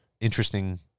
interesting